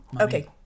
Okay